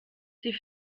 sie